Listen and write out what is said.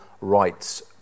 rights